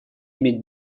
иметь